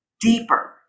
deeper